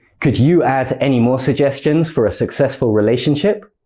could you add any more suggestions for a successful relationship?